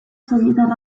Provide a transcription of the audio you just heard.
sobietar